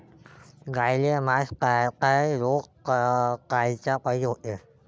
गाईले मासटायटय रोग कायच्यापाई होते?